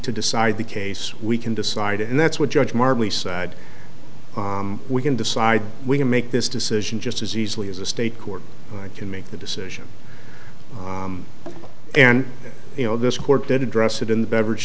to decide the case we can decide and that's what judge martley side we can decide we can make this decision just as easily as a state court can make the decision and you know this court did address it in the beverage